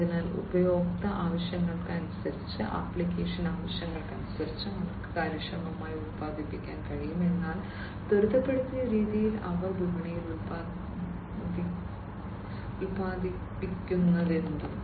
അതിനാൽ ഉപയോക്തൃ ആവശ്യങ്ങൾ അനുസരിച്ച് ആപ്ലിക്കേഷൻ ആവശ്യങ്ങൾ അനുസരിച്ച് അവർക്ക് കാര്യക്ഷമമായി ഉൽപ്പാദിപ്പിക്കാൻ കഴിയും എന്നാൽ ത്വരിതപ്പെടുത്തിയ രീതിയിൽ അവർ വിപണിയിൽ ഉത്പാദിപ്പിക്കുന്നതെന്തും